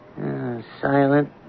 Silent